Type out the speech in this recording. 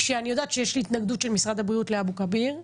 כשאני יודעת שיש התנגדות של משרד הבריאות לאבו כביר.